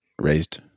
raised